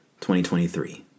2023